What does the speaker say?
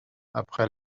après